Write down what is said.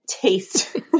taste